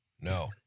no